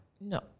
No